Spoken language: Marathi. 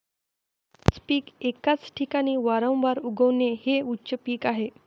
एकच पीक एकाच ठिकाणी वारंवार उगवणे हे उच्च पीक आहे